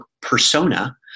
persona